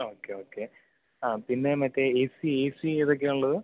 okay okay ആ പിന്നെ മറ്റെ എ സി എ സി ഏതൊക്കെയാണ് ഉള്ളത്